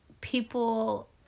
people